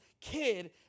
kid